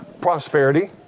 prosperity